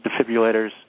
defibrillators